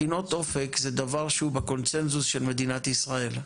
מכינות אופק זה דבר שהוא בקונצנזוס של מדינת ישראל.